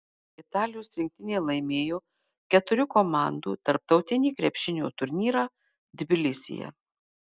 italijos rinktinė laimėjo keturių komandų tarptautinį krepšinio turnyrą tbilisyje